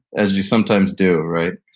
as you sometimes do, right?